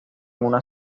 una